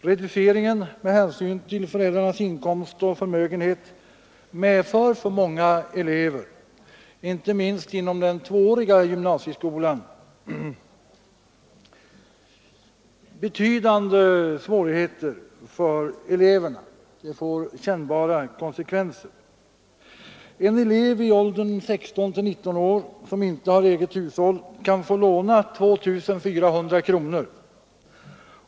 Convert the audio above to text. Reduceringen med hänsyn till föräldrarnas inkomst och förmögenhet medför för många elever, inte minst inom den tvååriga gymnasieskolan, betydande svårigheter. Det får kännbara konsekvenser. En elev i åldern 16—19 år som inte har eget hushåll kan få låna 2 400 kronor.